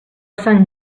sant